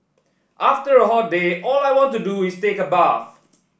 after a hot day all I want to do is take a bath